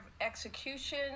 execution